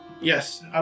Yes